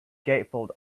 gatefold